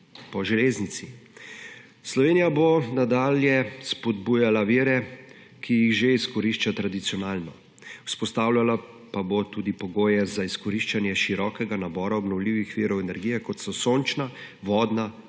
po železnici. Slovenija bo nadalje spodbujala vire, ki jih že izkorišča tradicionalno, vzpostavljala pa bo tudi pogoje za izkoriščanje širokega nabora obnovljivih virov energije, kot so sončna, vodna,